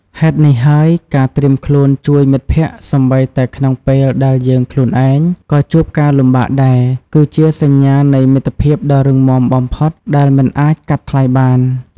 ហេតុនេះហើយ ការត្រៀមខ្លួនជួយមិត្តភក្តិសូម្បីតែក្នុងពេលដែលយើងខ្លួនឯងក៏ជួបការលំបាកដែរ គឺជាសញ្ញានៃមិត្តភាពដ៏រឹងមាំបំផុតដែលមិនអាចកាត់ថ្លៃបាន។